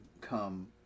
come